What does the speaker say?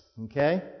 Okay